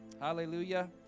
Hallelujah